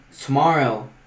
tomorrow